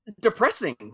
depressing